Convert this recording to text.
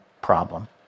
problem